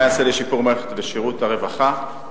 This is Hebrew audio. מה ייעשה לשיפור מערכת שירות הרווחה,